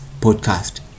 podcast